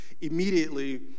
immediately